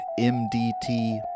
mdt